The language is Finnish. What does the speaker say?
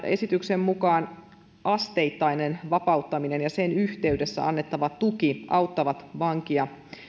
esityksen mukaan asteittainen vapauttaminen ja sen yhteydessä annettava tuki auttavat vankia